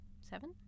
seven